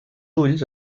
ulls